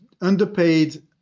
underpaid